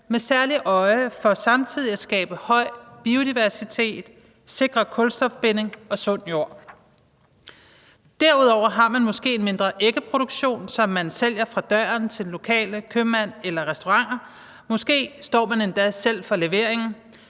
med særlig øje for samtidig at skabe høj biodiversitet og sikre kulstofbinding og sund jord. Derudover har man måske en mindre ægproduktion, hvor den lokale købmand eller restauranter køber æg ved døren. Måske står man endda selv for leveringen.